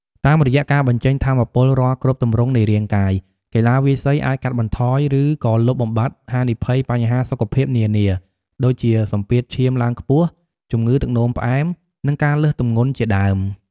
តាមរយៈការបញ្ចេញថាមពលរាល់គ្រប់ទម្រង់នៃរាងកាយ កីឡាវាយសីអាចកាត់បន្ថយ ឬក៏លុបបំបាត់ហានិភ័យបញ្ហាសុខភាពនានា ដូចជាសម្ពាធឈាមឡើងខ្ពស់ ជំងឺទឹកនោមផ្អែម និងការលើសទម្ងន់ជាដើម។